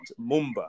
Mumba